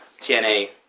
TNA